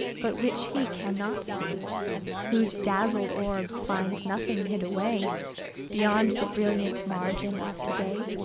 but which he can not see whose dazzled orbs find nothing hid away beyond the brilliant margin of today.